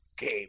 Game